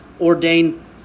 ordained